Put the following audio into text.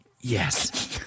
Yes